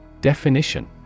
Definition